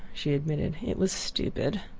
she admitted it was stupid.